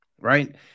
right